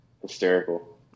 hysterical